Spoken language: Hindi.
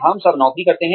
हम सब नौकरी करते हैं